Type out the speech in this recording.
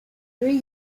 three